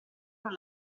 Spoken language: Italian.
non